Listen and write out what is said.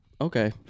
Okay